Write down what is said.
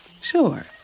Sure